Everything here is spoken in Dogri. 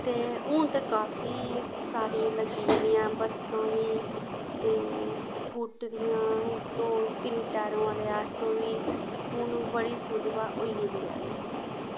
ते हून ते काफी सारी लग्गी गेदियां बस्सां बी ते स्कूटरियां दो तिन्न टायरें आह्ले आटो बी हून बड़ी सुधिवा होई गेदी ऐ